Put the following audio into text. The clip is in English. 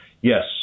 yes